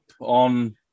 on